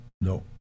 No